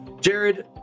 Jared